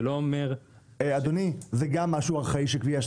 זה גם משהו ארכאי.